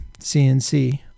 CNC